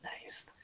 nice